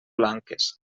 blanques